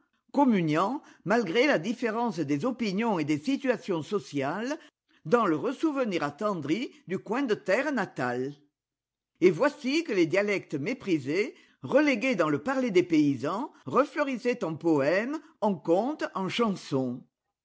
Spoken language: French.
communiant malgré la différence des opinions et des situations sociales dans le ressouvenir attendri du coin de terre natal ft voici que des dialectes méprisés relégués dans le parler des paysans refleurissaient en poèmes en contes en chansons